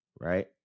right